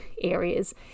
areas